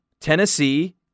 Tennessee